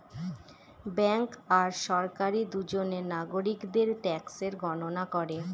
bank আর সরকারি দুজনে নাগরিকদের ট্যাক্সের গণনা করে